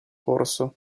corso